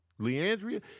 Leandria